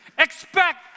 Expect